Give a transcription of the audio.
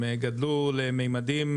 הם גדלו לממדים,